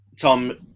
tom